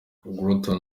groton